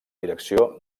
direcció